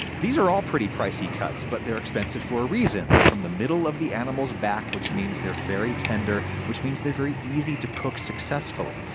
these are all pretty pricey cuts, but they're expensive for a reason they're from the middle of the animal's back, which means they're very tender, which means they're very easy to cook successfully.